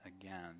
again